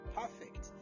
perfect